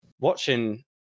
watching